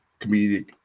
comedic